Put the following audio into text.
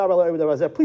Please